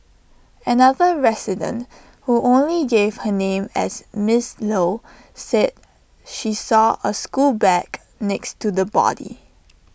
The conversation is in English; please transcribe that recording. another resident who only gave her name as miss low said she saw A school bag next to the body